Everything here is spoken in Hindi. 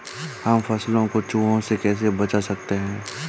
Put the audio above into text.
हम फसलों को चूहों से कैसे बचा सकते हैं?